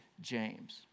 James